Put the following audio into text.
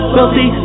Wealthy